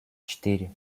четыре